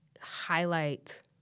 highlight